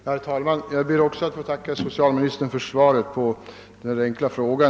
Herr talman! Jag ber också att få tacka socialministern för hans svar på min enkla fråga.